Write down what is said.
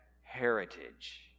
heritage